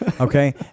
Okay